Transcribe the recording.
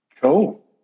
Cool